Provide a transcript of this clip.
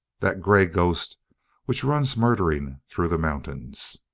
that grey ghost which runs murdering through the mountains.